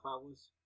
hours